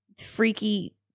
freaky